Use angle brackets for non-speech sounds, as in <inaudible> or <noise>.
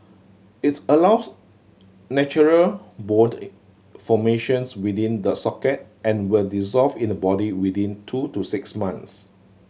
its allows natural bone <unintelligible> formations within the socket and will dissolve in the body within two to six months